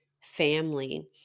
family